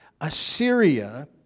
Assyria